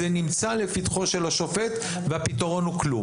זה נמצא לפתחו של השופט והפתרון הוא כלום.